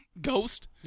Ghost